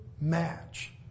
match